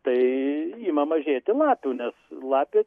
tai ima mažėti lapių nes lapė